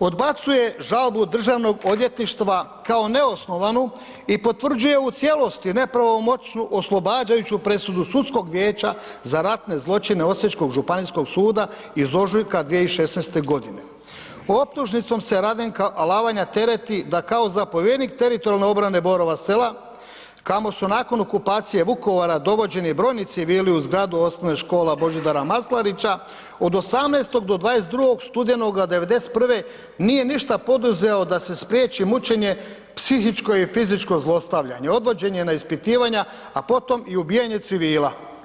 odbacuje žalbu državnog odvjetništva kao neosnovanu i potvrđuje u cijelosti nepravomoćnu oslobađajuću presudu Sudskog vijeća za ratne zločine osječkog županijskog suda iz ožujka 2016. g. Optužnicom se Radenka Alavanja tereti da kao zapovjednik teritorijalne obrane Borova Sela, kamo su nakon okupacije Vukovara dovođeni brojni civili u zgradu Osnovne škole Božidara Maslarića od 18. do 22. studenoga '91. nije ništa poduzeo da se spriječi mučenje, psihičko i fizičko zlostavljanje, odvođenje na ispitivanja, a potom i ubijanje civila.